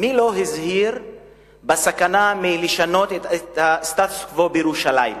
מפני הסכנה בשינוי הסטטוס-קוו בירושלים?